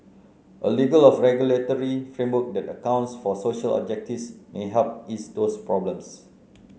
a legal of regulatory framework that accounts for social objectives may help ease those problems